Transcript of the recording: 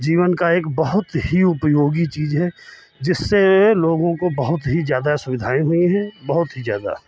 जीवन का एक बहुत ही उपयोगी चीज है जिससे लोगों को बहुत ही ज़्यादा सुविधाएं हुई हैं बहुत ही ज़्यादा